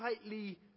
tightly